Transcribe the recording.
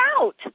out